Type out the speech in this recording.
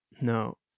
No